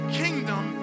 kingdom